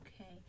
Okay